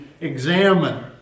examine